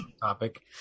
Topic